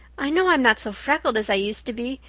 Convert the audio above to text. i know i'm not so freckled as i used to be,